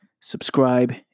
subscribe